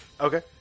Okay